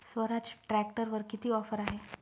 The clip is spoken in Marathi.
स्वराज ट्रॅक्टरवर किती ऑफर आहे?